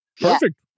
Perfect